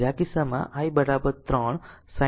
તેથી આ કિસ્સામાં i 3 sin 2π0